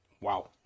Wow